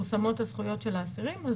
מפורסמות הזכויות של האסירים.